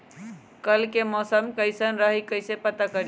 कल के मौसम कैसन रही कई से पता करी?